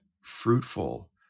fruitful